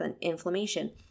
inflammation